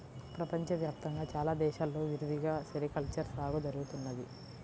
ప్రపంచ వ్యాప్తంగా చాలా దేశాల్లో విరివిగా సెరికల్చర్ సాగు జరుగుతున్నది